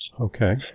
Okay